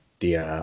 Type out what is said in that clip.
dia